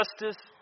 justice